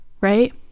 right